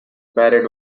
barbed